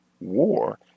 war